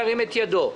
ירים את ידו.